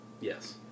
Yes